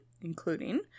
including